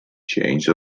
change